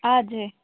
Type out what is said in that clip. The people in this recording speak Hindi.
आज है